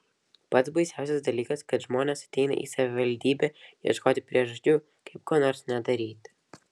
pats baisiausias dalykas kad žmonės ateina į savivaldybę ieškoti priežasčių kaip ko nors nedaryti